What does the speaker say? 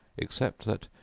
except that,